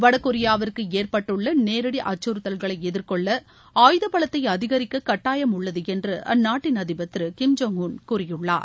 வடகொரியாவிற்கு ஏற்பட்டுள்ள நேரடி அச்சுறுத்தல்களை எதிர்கொள்ள ஆயுதபலத்தை அதிகரிக்க கட்டாயம் உள்ளது என்று அந்நாட்டின் அதிபா் திரு கிம் ஜோங் உன் கூறியுள்ளார்